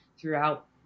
throughout